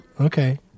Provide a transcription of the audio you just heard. Okay